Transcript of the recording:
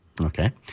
okay